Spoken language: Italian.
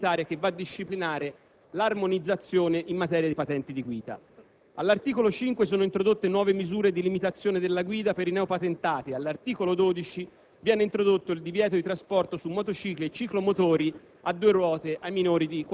Ancora, nell'esercizio della delega, viene previsto il recepimento anticipato della direttiva comunitaria che va a disciplinare l'armonizzazione in materia di patenti di guida. All'articolo 5, sono introdotte nuove misure di limitazione della guida per i neopatentati. All'articolo 12,